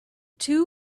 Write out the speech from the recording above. two